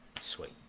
Sweet